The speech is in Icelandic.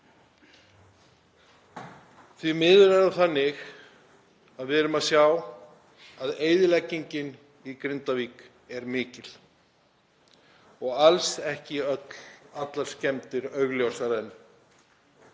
Því miður er það þannig að við erum að sjá að eyðileggingin í Grindavík er mikil og alls ekki allar skemmdir augljósar enn.